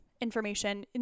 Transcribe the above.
information